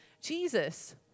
Jesus